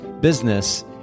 business